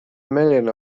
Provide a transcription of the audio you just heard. million